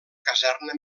caserna